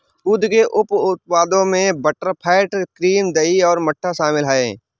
दूध के उप उत्पादों में बटरफैट, क्रीम, दही और मट्ठा शामिल हैं